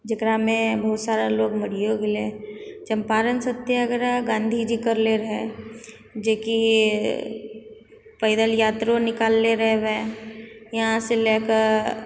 जकरामे बहुत सारा लोग मरियो गेलै चम्पारण सत्याग्रह गाँधी जी करले रहै जेकी पैदल यात्रो निकालले रहै वएह यहाँ सँ लए कऽ